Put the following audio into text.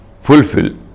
fulfill